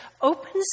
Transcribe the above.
opens